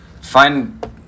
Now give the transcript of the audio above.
Find